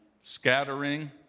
scattering